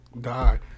die